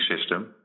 system